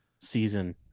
season